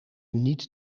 niet